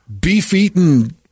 beef-eating